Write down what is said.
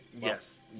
Yes